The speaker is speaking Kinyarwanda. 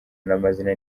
n’amazina